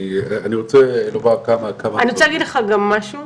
אני רוצה לומר כמה דברים --- אני רוצה להגיד לך גם משהו,